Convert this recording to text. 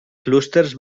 clústers